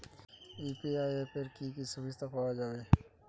UPI অ্যাপে কি কি সুবিধা পাওয়া যাবে?